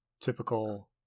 typical